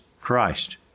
Christ